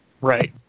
Right